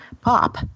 Pop